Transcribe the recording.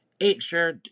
extra